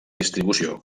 distribució